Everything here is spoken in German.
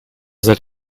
seid